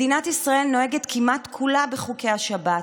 מדינת ישראל נוהגת כמעט כולה בחוקי השבת,